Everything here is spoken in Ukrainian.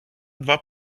два